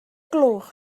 gloch